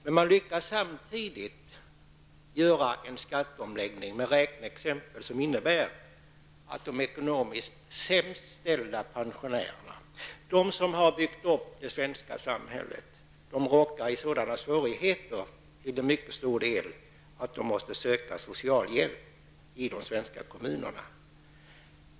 Men man lyckas samtidigt skapa en skatteomläggning med räkneexempel som innebär att de ekonomiskt sämst ställda pensionärerna, de som har byggt upp det svenska samhället, råkar i sådana svårigheter att de måste söka socialhjälp hos kommunerna.